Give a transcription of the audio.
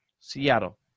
Seattle